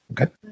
Okay